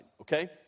Okay